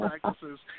practices